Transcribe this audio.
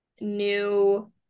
new